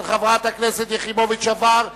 ברכיבה תחרותית וברכיבה ספורטיבית),